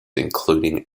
including